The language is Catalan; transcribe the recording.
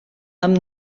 amb